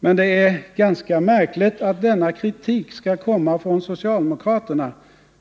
Men det är ganska märkligt att denna kritik skall komma från socialdemokraterna,